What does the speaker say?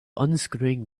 unscrewing